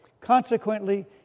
Consequently